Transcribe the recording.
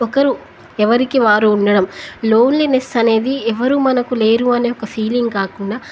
ఒకరు ఎవరికి వారు ఉండడం లోన్లినెస్ అనేది ఎవరు మనకు లేరు అనే ఒక ఫీలింగ్ కాకుండా